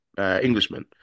Englishman